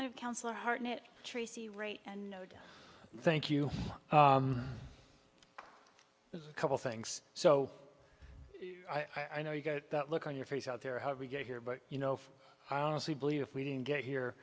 have counsel hartnett tracy rate and thank you there's a couple things so i know you got that look on your face out there how we get here but you know i honestly believe if we didn't get here